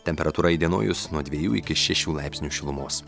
temperatūra įdienojus nuo dvejų iki šešių laipsnių šilumos